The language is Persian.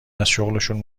ازشغلشون